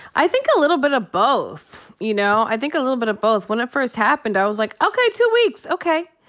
i think a little bit of both. you know? i think a little bit of both. when it first happened i was like, okay, two weeks. okay.